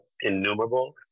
innumerable